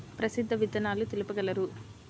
ప్రసిద్ధ విత్తనాలు తెలుపగలరు?